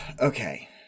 Okay